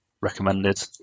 recommended